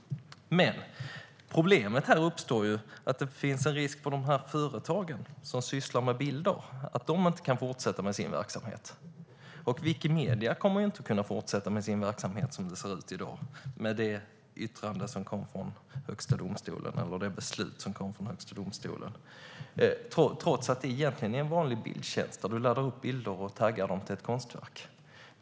Men problemet är att det finns en risk för att de företag som sysslar med bilder inte kan fortsätta med sin verksamhet. Wikimedia kommer inte att kunna fortsätta med sin verksamhet som det ser ut i dag med det beslut som kom från Högsta domstolen, trots att det egentligen är en vanlig bildtjänst där du laddar upp bilder och taggar dem till ett konstverk.